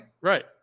Right